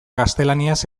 gaztelaniaz